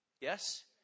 Yes